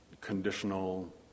conditional